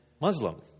Muslim